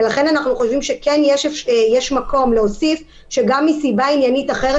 ולכן אנחנו חושבים שיש מקום להוסיף שמסיבה עניינית אחרת